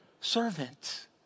servant